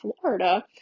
Florida